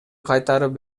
кайтарып